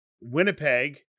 Winnipeg